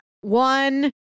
One